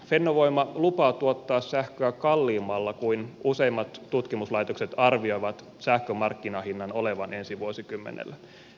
fennovoima lupaa tuottaa sähköä kalliimmalla kuin useimmat tutkimuslaitokset arvioivat sähkön markkinahinnan olevan ensi vuosikymmenellä